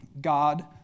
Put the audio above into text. God